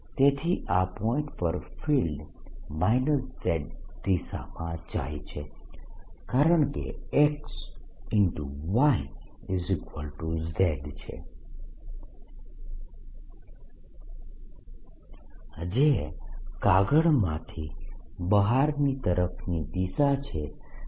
તેથી આ પોઇન્ટ પર ફિલ્ડ z દિશામાં જાય છે કારણકે xyz છે જે કાગળમાંથી બહારની તરફની દિશા છે